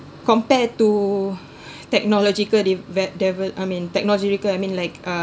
compared to technological de~ ve~ deve~ I mean technological I mean like